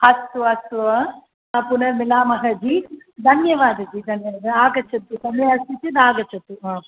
अस्तु अस्तु पुनर्मिलामः जी धन्यवादः जि धन्य आगच्छतु समयः अस्ति चेत् आगच्छतु